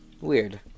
weird